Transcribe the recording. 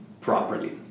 properly